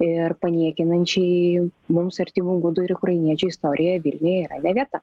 ir paniekinančiai mums artimų gudų ir ukrainiečių istoriją vilniuj yra ne vieta